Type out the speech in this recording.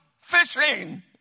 fishing